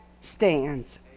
stands